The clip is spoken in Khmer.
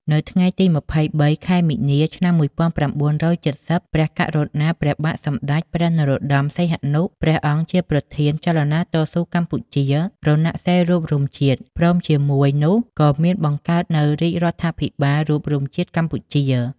នៅថ្ងៃទី២៣ ខែមីនា ឆ្នាំ១៩៧០ ព្រះករុណា ព្រះបាទសម្តេច ព្រះនរោត្តម សីហនុ ព្រះអង្គជាព្រះប្រធានចលនាតស៊ូកម្ពុជា «រណសិរ្សរួបរួមជាតិ» ព្រមជាមួយរនោះក៏មានបង្កើតនូវរាជរដ្ឋាភិបាលរួបរួមជាតិកម្ពុជា។